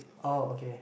oh okay